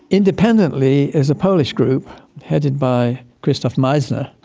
independently is a polish group headed by krzysztof meissner,